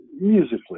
musically